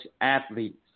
athletes